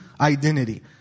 identity